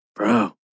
Bro